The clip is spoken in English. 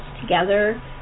together